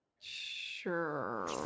Sure